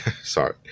Sorry